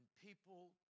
People